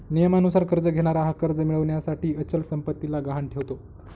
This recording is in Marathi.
नियमानुसार कर्ज घेणारा हा कर्ज मिळविण्यासाठी अचल संपत्तीला गहाण ठेवतो